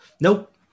Nope